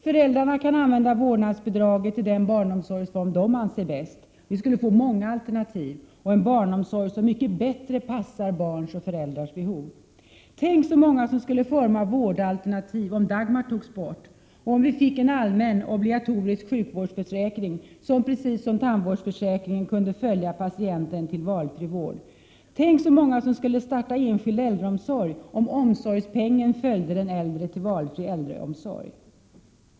Föräldrarna kan använda vårdnadsbidraget till den barnomsorgsform som de anser bäst. Vi skulle få många alternativ och en barnomsorg som mycket bättre passar barns och föräldrars behov. Tänk så många som skulle forma vårdalternativ, om Dagmar togs bort och om vi fick en allmän, obligatorisk sjukvårdsförsäkring, som — precis som tandvårdsförsäkringen — kunde följa patienten till valfri vård! Tänk så många som skulle starta enskild äldreomsorg, om omsorgspengen följde den äldre till valfri äldreomsorg!